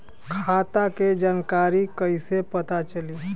खाता के जानकारी कइसे पता चली?